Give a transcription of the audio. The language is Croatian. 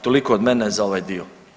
Toliko od mene za ovaj dio.